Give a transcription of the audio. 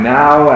now